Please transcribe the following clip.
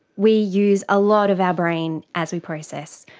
we use a lot of our brain as we process.